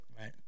right